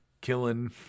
killing